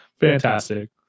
Fantastic